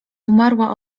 umarła